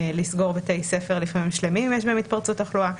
לסגור לפעמים בתי ספר שלמים שיש בהם התפרצות תחלואה.